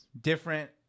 different